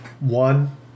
One